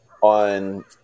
on